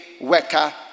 worker